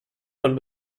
von